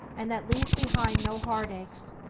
and that leaves behind no heartaches,